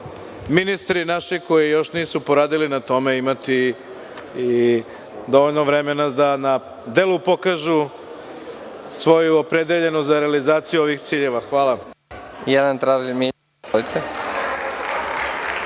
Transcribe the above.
ministri koji još nisu poradili na tome imati dovoljno vremena da na delu pokažu svoju opredeljenost za realizaciju ovih ciljeva.